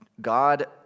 God